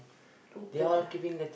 two third ah